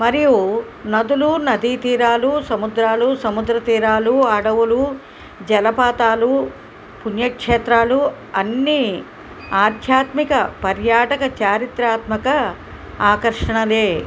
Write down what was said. మరియు నదులు నదీ తీరాలు సముద్రాలు సముద్రతీరాలు అడవులు జలపాతాలు పుణ్యక్షేత్రాలు అన్నీ ఆధ్యాత్మిక పర్యాటక చారిత్రాత్మక ఆకర్షణలే